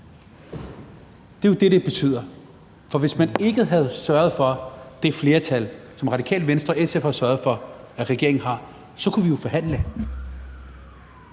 Det er jo det, det betyder. For hvis man ikke havde sørget for det flertal, som Radikale Venstre og SF har sørget for at regeringen har, kunne vi jo forhandle.